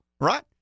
right